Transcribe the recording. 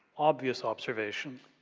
obvious observation